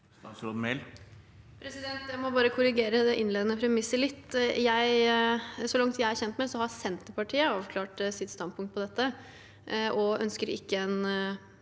Jeg må bare korri- gere det innledende premisset litt. Så langt jeg er kjent med, har Senterpartiet avklart sitt standpunkt på dette og ønsker ikke en